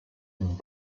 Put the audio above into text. and